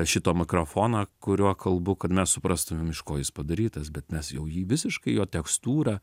šito mikrofoną kuriuo kalbu kad mes suprastumėm iš ko jis padarytas bet mes jau jį visiškai jo tekstūrą